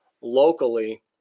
locally